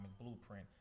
blueprint